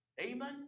Amen